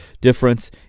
difference